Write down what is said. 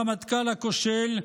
הרמטכ"ל הכושל,